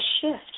shift